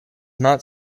not